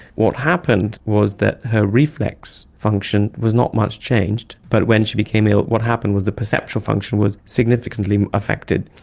what happened was that her reflex function was not much changed, but when she became ill what happened was her perceptual function was significantly affected.